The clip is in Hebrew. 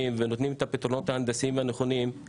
ונותנים את הפתרונות ההנדסיים הנכונים,